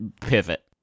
pivot